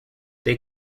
they